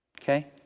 Okay